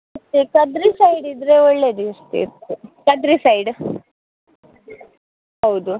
ಈಚೆ ಕದ್ರಿ ಸೈಡ್ ಇದ್ದರೆ ಒಳ್ಳೆಯದ್ ಇರ್ತಿತ್ತು ಕದ್ರಿ ಸೈಡ್ ಹೌದು